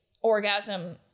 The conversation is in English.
orgasm